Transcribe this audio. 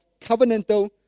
covenantal